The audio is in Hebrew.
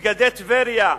מסגדי טבריה,